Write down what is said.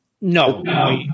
no